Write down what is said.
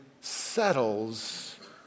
settles